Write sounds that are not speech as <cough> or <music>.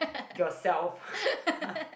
yourself <laughs>